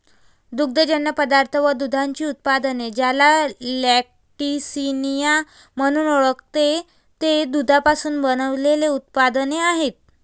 दुग्धजन्य पदार्थ व दुधाची उत्पादने, ज्याला लॅक्टिसिनिया म्हणून ओळखते, ते दुधापासून बनविलेले उत्पादने आहेत